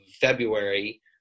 February